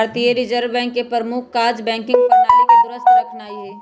भारतीय reserve bank के प्रमुख काज़ बैंकिंग प्रणाली के दुरुस्त रखनाइ हइ